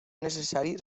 necessari